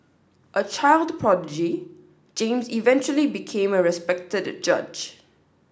a child prodigy James eventually became a respected judge